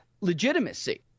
legitimacy